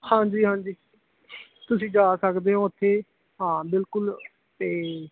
ਹਾਂਜੀ ਹਾਂਜੀ ਤੁਸੀਂ ਜਾ ਸਕਦੇ ਹੋ ਉੱਥੇ ਹਾਂ ਬਿਲਕੁਲ ਅਤੇ